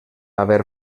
haver